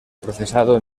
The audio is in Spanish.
procesado